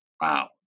wow